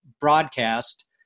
broadcast